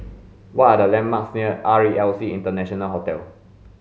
what are the landmarks near R E L C International Hotel